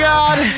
God